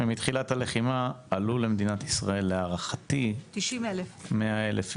ומתחילת הלחימה עלו למדינת ישראל להערכתי כ-100 אלף איש.